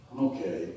Okay